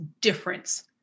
difference